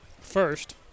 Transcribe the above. first